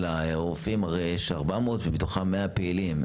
הרי יש רופאים 400, ומתוכם 100 פעילים.